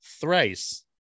thrice